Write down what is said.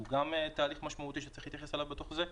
הוא גם תהליך משמעותי שצריך להתייחס אליו בתוך זה.